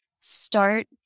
start